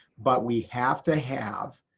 but we have to have